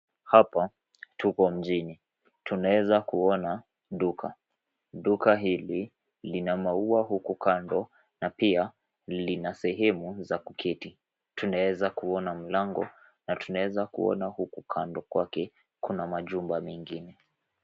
Hapa tuko mjini, tunaweza kuona duka. Duka hili lina maua huku kando, na pia lina sehemu za kuketi. Tunaweza kuona mlango, na tunaweza kuona huku kando kweke kuna majumba mengine.